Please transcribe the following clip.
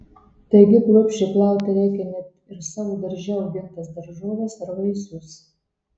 taigi kruopščiai plauti reikia net ir savo darže augintas daržoves ar vaisius